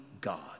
God